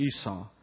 Esau